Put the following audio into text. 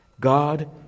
God